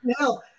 No